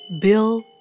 Bill